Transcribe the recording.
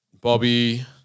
Bobby